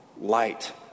light